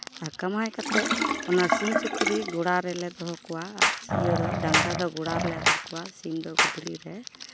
ᱟᱨ ᱠᱟᱢᱟᱣ ᱠᱟᱛᱮᱫ ᱚᱱᱟ ᱥᱤᱢ ᱥᱩᱠᱨᱤ ᱜᱚᱲᱟ ᱨᱮᱞᱮ ᱫᱚᱦᱚ ᱠᱚᱣᱟ ᱤᱭᱟᱹ ᱫᱚ ᱰᱟᱝᱨᱟ ᱫᱚ ᱜᱚᱲᱟ ᱨᱮᱞᱮ ᱟᱫᱮᱨ ᱠᱚᱣᱟ ᱥᱤᱢ ᱫᱚ ᱜᱩᱫᱽᱲᱤ ᱨᱮ